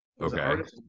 Okay